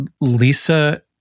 Lisa